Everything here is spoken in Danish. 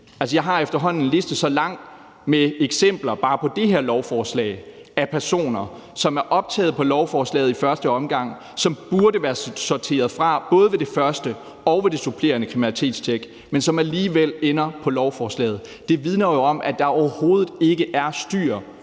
jeg har efterhånden en liste så lang med eksempler bare på det her lovforslag af personer, som er optaget på lovforslaget i første omgang, og som burde være sorteret fra både ved det første og ved det supplerende kriminalitetstjek, men som alligevel ender på lovforslaget. Det vidner jo om, at der overhovedet ikke er styr